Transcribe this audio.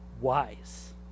wise